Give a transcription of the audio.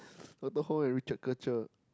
Doctor-Ho and Richard